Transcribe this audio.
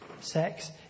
Sex